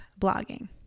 blogging